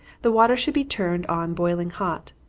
the water should be turned on boiling hot.